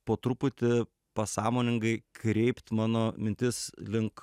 po truputį pasąmoningai kreipt mano mintis link